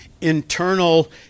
internal